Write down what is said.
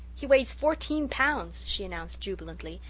he weighs fourteen pounds, she announced jubilantly.